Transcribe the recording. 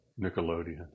Nickelodeon